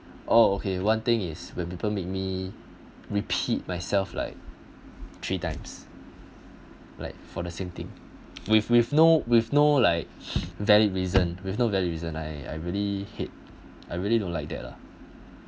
oh okay one thing is when people make me repeat myself like three times like for the same thing with with no with no like valid reason with no valid reasons I I really hate I really don't like that lah